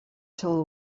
till